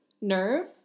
nerve